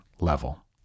level